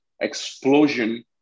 explosion